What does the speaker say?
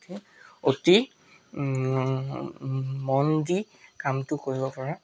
অতি মন দি কামটো কৰিব পৰা